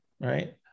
right